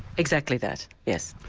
exactly that, yes.